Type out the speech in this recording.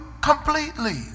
completely